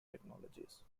technologies